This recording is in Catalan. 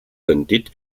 sentit